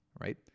Right